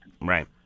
Right